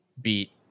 beat